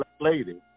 lady